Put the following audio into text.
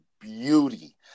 beauty